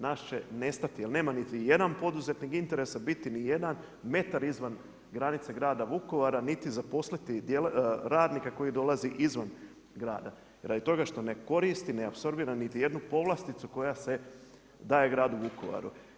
Nas će nestati jer nema niti jedan poduzetnik interesa biti nijedan metar izvan granice grada Vukovara niti zaposliti radnika koji dolazi grada radi toga što ne koristi, ne apsorbira ni jednu povlasticu koja se daje gradu Vukovaru.